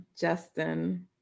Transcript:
justin